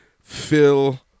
Phil